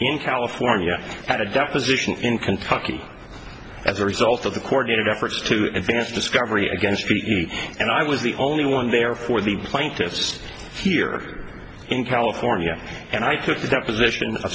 in california at a deposition in kentucky as a result of the cordon of efforts to advance discovery against me and i was the only one there for the plaintiffs here in california and i took the deposition